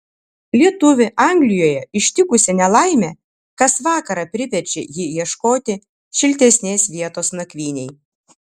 lietuvį anglijoje ištikusi nelaimė kas vakarą priverčia jį ieškoti šiltesnės vietos nakvynei